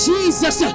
Jesus